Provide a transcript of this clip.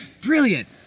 Brilliant